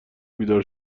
بیدار